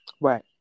Right